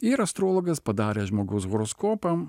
ir astrologas padaręs žmogaus horoskopą